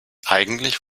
eigentlich